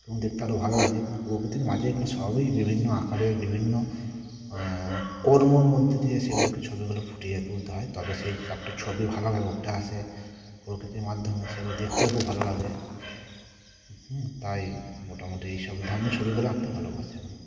এবং দেখতে আরও ভালো লাগে কিন্তু প্রকৃতির মাঝে এগুলো সবই বিভিন্ন আকারে বিভিন্ন কর্মর মধ্যে দিয়ে সেগুলোকে ছবিগুলো ফুটিয়ে তুলতে হয় তবে সেই একটা ছবি ভালোভাবে উঠে আসে প্রকৃতির মাধ্যমে সেগুলো দেখতেও খুব ভালো লাগে হুম তাই মোটামুটি এই সব ধরনের ছবিগুলো আঁকতে ভালোবাসি আমি